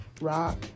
rock